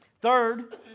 Third